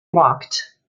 walked